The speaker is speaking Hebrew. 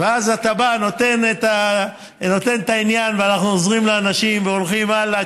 אז אתה בא נותן את העניין ואנחנו עוזרים לאנשים והולכים הלאה,